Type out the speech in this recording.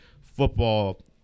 football